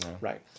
Right